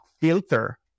filter